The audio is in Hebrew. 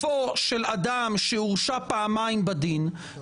זה גם מעיד על החולשה שלו.